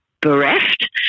bereft